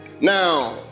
Now